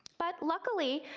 but, luckily,